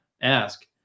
ask